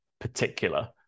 particular